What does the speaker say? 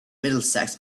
middlesex